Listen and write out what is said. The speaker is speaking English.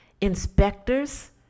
inspectors